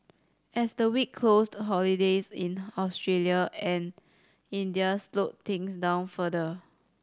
as the week closed holidays in Australia and India slowed things down further